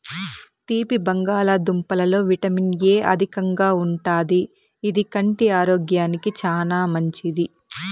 తీపి బంగాళదుంపలలో vitamin A అధికంగా ఉంటాది, ఇది కంటి ఆరోగ్యానికి చానా మంచిది